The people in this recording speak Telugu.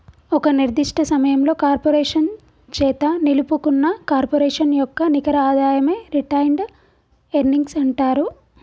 ఒక నిర్దిష్ట సమయంలో కార్పొరేషన్ చేత నిలుపుకున్న కార్పొరేషన్ యొక్క నికర ఆదాయమే రిటైన్డ్ ఎర్నింగ్స్ అంటరు